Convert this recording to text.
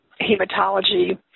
Hematology